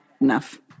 enough